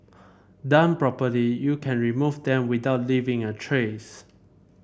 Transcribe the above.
done properly you can remove them without leaving a trace